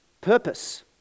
purpose